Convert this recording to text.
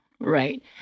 Right